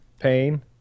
Pain